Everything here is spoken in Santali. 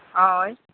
ᱦᱳᱭ